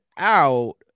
out